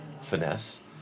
finesse